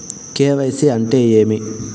KYC అంటే ఏమి?